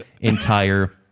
entire